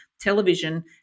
television